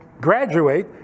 graduate